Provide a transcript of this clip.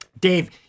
Dave